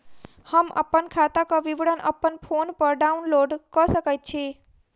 हम अप्पन खाताक विवरण अप्पन फोन पर डाउनलोड कऽ सकैत छी?